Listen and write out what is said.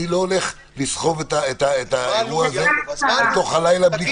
אני לא מתכוון לסחוב את האירוע הזה לתוך הלילה.